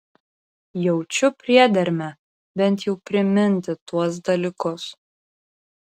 jaučiu priedermę bent jau priminti tuos dalykus